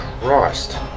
Christ